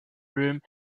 room